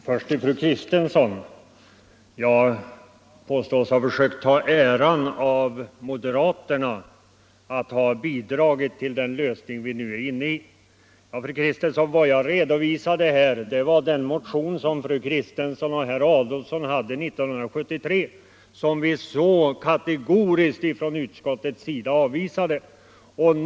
Herr talman! Först vill jag bemöta fru Kristensson. Jag påstås ha försökt ta äran av moderaterna för att ha bidragit till den lösning vi nu kommit till. Vad jag redovisade här var den motion som fru Kristensson och herr Adolfsson väckte 1973 och som vi från utskottets sida kategoriskt avvisade.